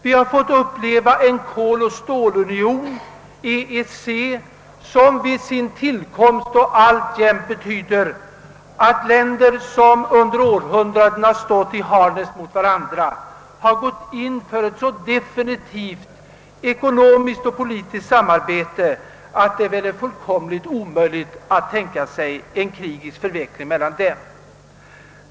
Vi har fått uppleva en koloch stålunion och ett EEC som vid sin tillkomst betydde och alltjämt betyder att länder som under århundraden stått i harnesk mot varandra har gått in för ett så definitivt ekonomiskt och politiskt samarbete, att det är omöjligt att tänka sig en krigisk förveckling mellan dem.